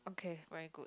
okay very good